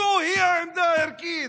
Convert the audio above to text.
זוהי העמדה הערכית.